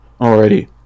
Alrighty